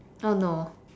oh no